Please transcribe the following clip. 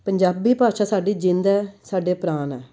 ਪੰਜਾਬੀ ਭਾਸ਼ਾ ਸਾਡੀ ਜ਼ਿੰਦ ਹੈ ਸਾਡੇ ਪ੍ਰਾਣ ਹੈ